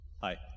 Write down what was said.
Hi